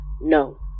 No